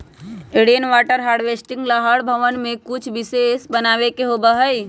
rain water harvesting ला हर भवन में कुछ विशेष बनावे के होबा हई